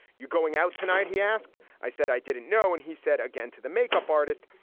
you're going out tonight? he asked. i said i didn't know. and he said again to the makeup artist,